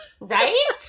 Right